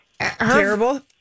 terrible